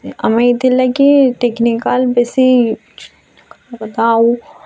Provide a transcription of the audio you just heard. ଆମେ ଏଥିର୍ ଲାଗି ଟେକ୍ନିକାଲ୍ ବେଶି ଆଉ